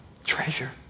treasure